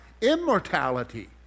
Immortality